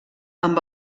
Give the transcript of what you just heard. amb